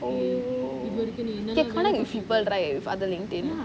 oh you can connect with people right with other LinkedIn